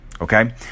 Okay